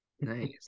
nice